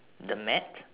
the mat